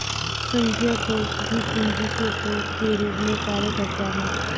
संघीय कोष भी पूंजी के स्रोत के रूप में कार्य करता है